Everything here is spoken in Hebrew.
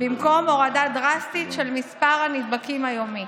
במקום הורדה דרסטית של מספר הנדבקים היומי.